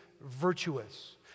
virtuous